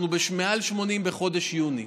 אנחנו מעל 80 בחודש יוני.